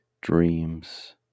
dreams